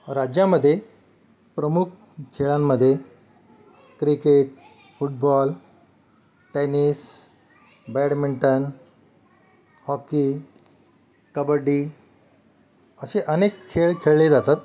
राज्यामध्ये प्रमुख खेळांमध्ये cricket football tennis badminton hockey kabaddi असे अनेक खेळ खेळले जातात